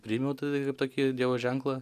priėmiau tai kaip tokį dievo ženklą